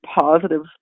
positive